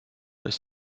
ist